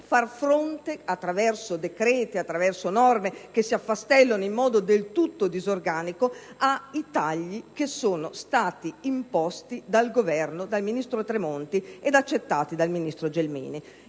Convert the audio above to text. far fronte, attraverso decreti e norme che si affastellano in modo del tutto disorganico, ai tagli imposti dal Governo, dal ministro Tremonti ed accettati dal ministro Gelmini.